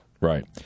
Right